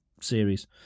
series